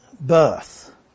birth